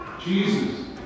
Jesus